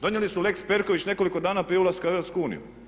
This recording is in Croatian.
Donijeli su lex Perković nekoliko dana prije ulaska u EU.